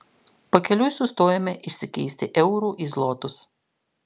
pakeliui sustojome išsikeisti eurų į zlotus